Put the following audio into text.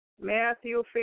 Matthew